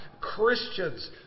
Christians